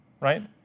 right